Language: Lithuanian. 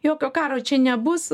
jokio karo čia nebus